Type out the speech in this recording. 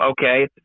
okay